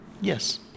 Yes